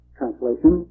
translation